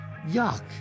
Yuck